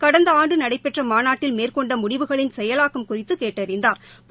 கடந்த ஆண்டு நடைபெற்ற மாநாட்டில் மேற்கொண்ட முடிவுகளின் செயலாக்கம் குறித்து கேட்டறிந்தாா்